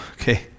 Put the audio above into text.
okay